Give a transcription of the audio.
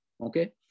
Okay